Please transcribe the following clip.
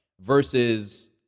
Versus